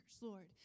Lord